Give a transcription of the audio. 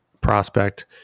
prospect